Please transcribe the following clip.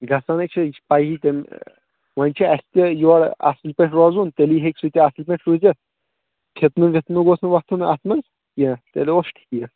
گژھن ہے چھ یہِ چھ پیی وۄنۍ چھ اَسہِ تیٚلہِ یورٕ اَصٕل پٲٹھۍ روزُن تیٚلی ہیٚکہِ سُہ تہِ اَصٕل پٲٹھۍ روٗزِتھ فِتنہٕ وِتنہٕ گوٚژھ نہٕ وتھُن اَتھ منٛز کیٚنٛہہ تیٚلہِ اوس نہٕ کیٚنٛہہ